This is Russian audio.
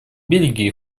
бельгии